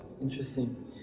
interesting